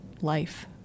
life